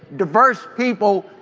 diverse people.